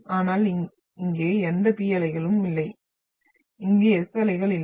ஆனால் இங்கே எந்த P அலைகளும் இல்லை இங்கு S அலைகள் இல்லை